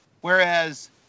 Whereas